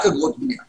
אגרות בנייה